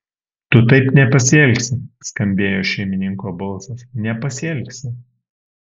tu taip nepasielgsi skambėjo šeimininko balsas nepasielgsi